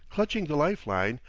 clutching the life-line,